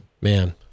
Man